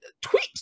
Tweet